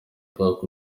park